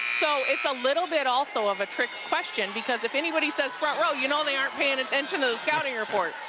so it's a little bit also of a trick question, because if anybody says front rowe row you know they aren't paying attention to the scouting report.